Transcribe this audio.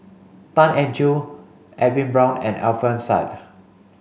Tan Eng Joo Edwin Brown and Alfian Sa'at